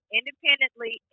independently